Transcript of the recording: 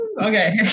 Okay